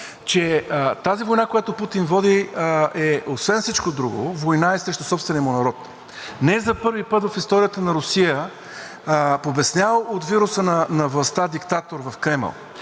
че тази война, която води Путин, освен всичко друго е война срещу собствения му народ. Не за първи път в историята на Русия побеснял от вируса на властта диктатор в Кремъл